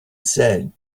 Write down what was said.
said